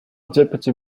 deputy